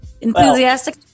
Enthusiastic